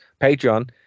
Patreon